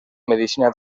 medicina